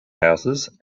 houses